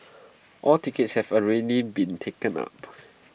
all tickets have already been taken up